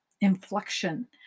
inflection